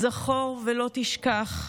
זכור ולא תשכח.